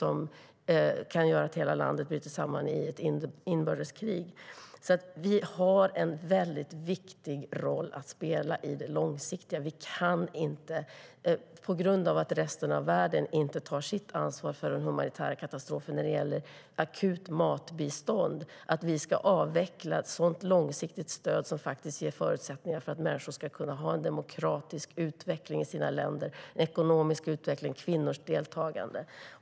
Det kan göra att hela landet bryter samman i ett inbördeskrig. Vi har en väldigt viktig roll att spela i det långsiktiga. Vi kan inte, på grund av att resten av världen inte tar sitt ansvar för den humanitära katastrofen när det gäller akut matbistånd, avveckla ett sådant långsiktigt stöd som faktiskt ger förutsättningar för en demokratisk utveckling i människors länder. Det handlar också om en ekonomisk utveckling och om kvinnors deltagande.